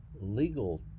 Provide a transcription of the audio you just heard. legal